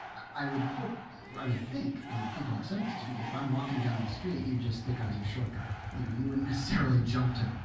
i would hope i would think, and people have said this to me, if i'm walking down the street, you'd just think i was a short guy. you know you wouldn't necessarily jump to,